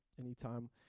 anytime